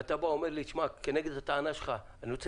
ואתה אומר לי: כנגד הטענה שלך אני רוצה